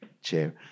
chair